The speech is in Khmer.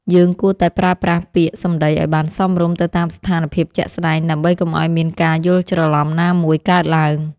យើងគួរតែប្រើប្រាស់ពាក្យសម្តីឱ្យបានសមរម្យទៅតាមស្ថានភាពជាក់ស្តែងដើម្បីកុំឱ្យមានការយល់ច្រឡំណាមួយកើតឡើង។